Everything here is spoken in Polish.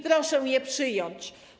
Proszę je przyjąć.